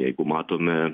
jeigu matome